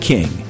King